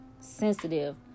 sensitive